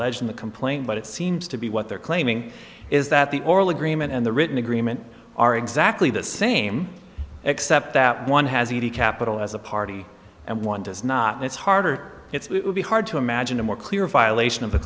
in the complaint but it seems to be what they're claiming is that the oral agreement and the written agreement are exactly the same except that one has any capital as a party and one does not and it's harder it would be hard to imagine a more clear violation of the